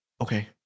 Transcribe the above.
Okay